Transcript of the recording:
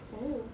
oh